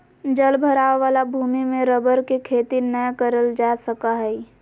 जल भराव वाला भूमि में रबर के खेती नय करल जा सका हइ